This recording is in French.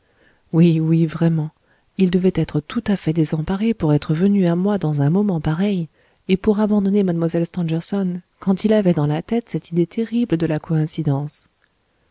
oui oui vraiment il devait être tout à fait désemparé pour être venu à moi dans un moment pareil et pour abandonner mlle stangerson quand il avait dans la tête cette idée terrible de la coïncidence